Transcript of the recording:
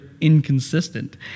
inconsistent